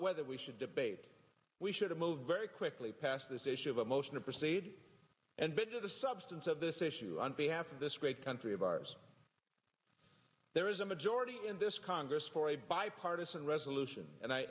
whether we should debate we should move very quickly past this issue of a motion to proceed and bija the substance of this issue on behalf of this great country of ours there is a majority in this congress for a bipartisan resolution and i